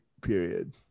Period